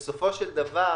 בסופו של דבר